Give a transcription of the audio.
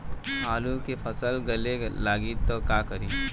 आलू के फ़सल गले लागी त का करी?